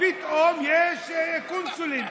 פתאום יש קונסולים.